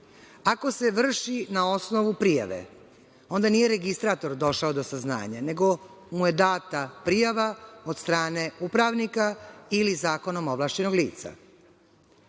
se vrši na osnovu prijave, onda nije Registrator došao do saznanja, nego mu je data prijava od strane upravnika ili zakonom ovlašćenog lica.